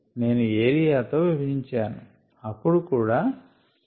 I have just divided this these terms by area which also happens to be the same